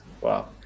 Wow